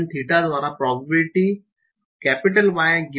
theta द्वारा probability Y